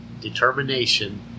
determination